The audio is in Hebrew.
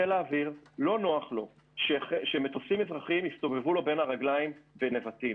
לחיל האוויר לא נוח שמטוסים אזרחיים יסתובבו לו בין הרגליים בנבטים.